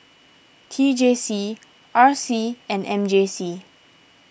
T J C R C and M J C